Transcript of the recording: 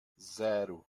zero